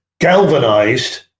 galvanized